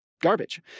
garbage